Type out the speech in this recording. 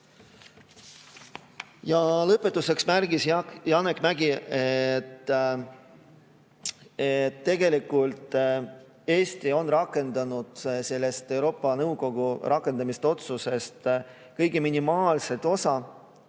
Lõpetuseks märkis Janek Mägi seda, et tegelikult ka Eesti on rakendanud Euroopa Nõukogu rakendamisotsusest kõige minimaalsema osa,